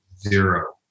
Zero